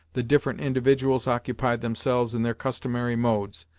the different individuals occupied themselves in their customary modes,